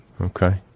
Okay